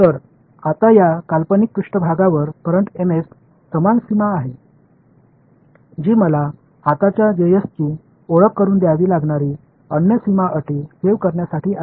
तर आता या काल्पनिक पृष्ठभागावर करंट Ms समान सीमा आहे जी मला आताच्या जेएसची ओळख करून द्यावी लागणारी अन्य सीमा अटी सेव्ह करण्यासाठी आहे